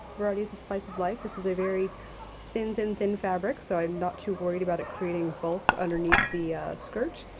variety is the spice of life. this is a very thin, thin, thin fabric, so i'm not too worried about it creating bulk underneath the skirt.